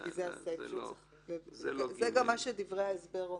זה גם מה שדברי ההסבר אומרים.